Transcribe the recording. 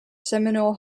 seminole